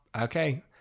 Okay